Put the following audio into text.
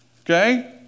okay